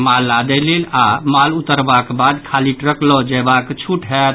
माल लादय लेल आओर माल उतरबाक बाद खाली ट्रक लऽ जयबाक छूट होयत